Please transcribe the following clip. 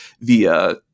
via